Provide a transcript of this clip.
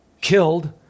killed